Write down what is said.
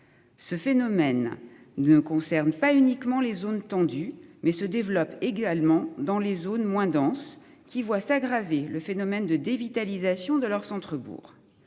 Ce phénomène ne concerne pas uniquement les zones tendues, mais se développe également dans les zones moins denses qui voit s'aggraver le phénomène de dévitalisation de leur centre-, bourg.